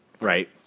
Right